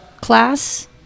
class